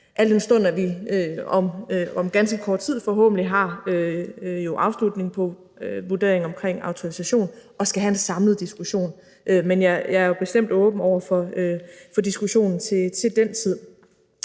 al den stund at vi om ganske kort tid forhåbentlig har en afslutning på vurderingen omkring autorisation og skal have en samlet diskussion. Men jeg er bestemt åben over for diskussionen til den tid.